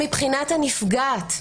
שמבחינת הנפגעת,